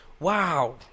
wow